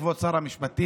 כבוד שר המשפטים,